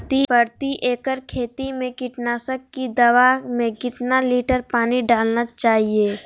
प्रति एकड़ खेती में कीटनाशक की दवा में कितना लीटर पानी डालना चाइए?